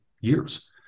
years